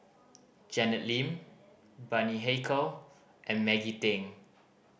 Janet Lim Bani Haykal and Maggie Teng